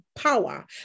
power